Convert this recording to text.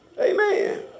Amen